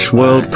world